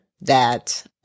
that-